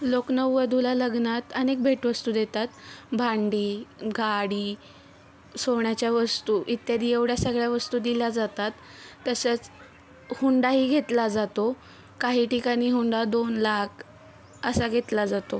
लोक नववधूला लग्नात अनेक भेटवस्तू देतात भांडी गाडी सोन्याच्या वस्तू इत्यादी एवढ्या सगळ्या वस्तू दिल्या जातात तसंच हुंडाही घेतला जातो काही ठिकाणी हुंडा दोन लाख असा घेतला जातो